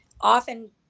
often